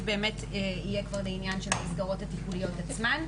יהיה לעניין המסגרות הטיפוליות עצמן,